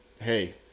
hey